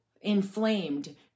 inflamed